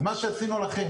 אז מה שעשינו לכם,